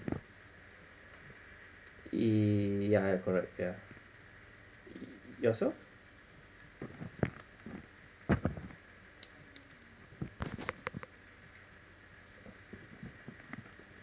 yeah correct yeah yourself